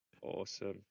awesome